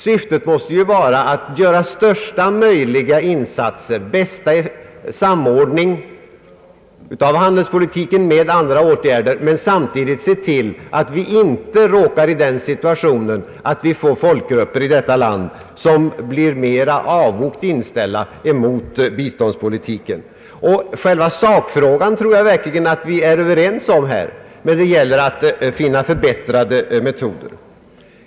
Syftet måste ju vara största möjliga insatser och bästa samordning av handelspolitiken med andra åtgärder, men vi måste samtidigt se till att vi inte får folkgrupper i detta land som blir avogt inställda mot biståndspolitiken. Själva sakfrågan — att finna förbättrade metoder — tror jag verkligen vi är överens om.